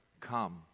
come